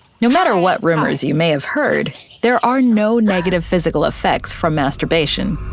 no matter what rumors you may have heard, there are no negative physical effects from masturbation.